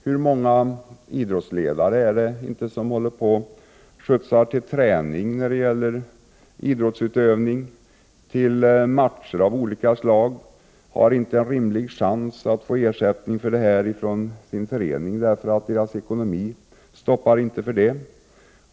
Hur många idrottsledare är det inte som skjutsar medlemmar till träning, till matcher av olika slag. De har inte en rimlig chans att få ersättning från sin förening därför att dess ekonomi inte tillåter det.